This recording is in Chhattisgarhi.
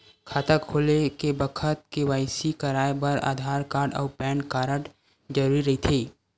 खाता खोले के बखत के.वाइ.सी कराये बर आधार कार्ड अउ पैन कार्ड जरुरी रहिथे